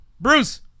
bruce